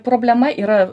problema yra